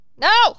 no